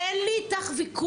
תקשיבי, אני, אין לי איתך ויכוח.